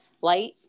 light